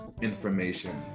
information